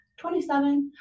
27